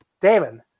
Damon